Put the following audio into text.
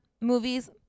movies